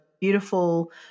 beautiful